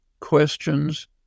questions